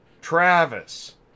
Travis